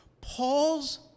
Paul's